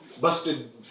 busted